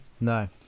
No